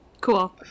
cool